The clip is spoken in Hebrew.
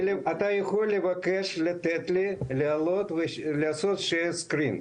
אתה יכול לבקש לתת לי לעשות share screen.